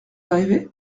arrivé